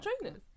trainers